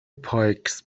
پایکس